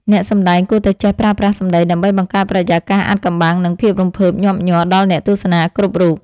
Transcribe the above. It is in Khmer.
អ្នកសម្តែងគួរតែចេះប្រើប្រាស់សម្តីដើម្បីបង្កើតបរិយាកាសអាថ៌កំបាំង និង ភាពរំភើបញាប់ញ័រដល់អ្នកទស្សនាគ្រប់រូប។